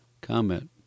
Comment